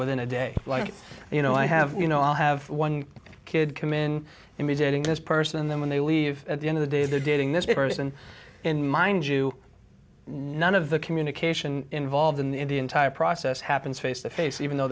within a day like you know i have you know i have one kid came in and he's adding this person and then when they leave at the end of the day they're dating this person in mind you none of the communication involved in the entire process happens face to face even though